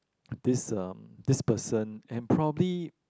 this um this person and probably